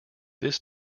this